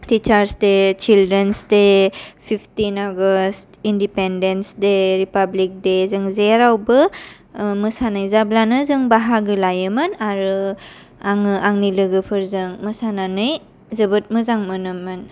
teachers day children's day fifteen August independence day republic day जों जेरावबो मोसानाय जाब्लानो जों बाहागो लायोमोन आरो आङो आंनि लोगोफोरजों मोसानानै जोबोद मोजां मोनोमोन